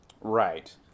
Right